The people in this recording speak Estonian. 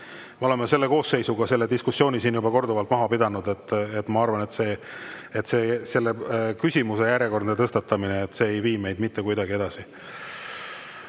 Me oleme selle koosseisuga seda diskussiooni siin juba korduvalt pidanud. Ma arvan, et selle küsimuse järjekordne tõstatamine ei vii meid mitte kuidagi edasi.